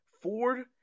Ford